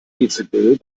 dezibel